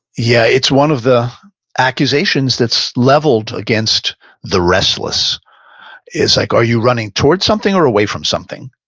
yeah, it's one of the accusations that's leveled against the restless is like are you running towards something or away from something?